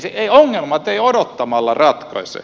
ongelmia ei odottamalla ratkaista